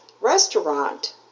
restaurant